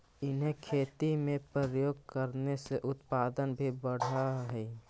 उन्हें खेती में प्रयोग करने से उत्पादन भी बढ़अ हई